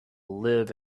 live